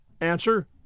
Answer